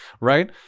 right